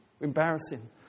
embarrassing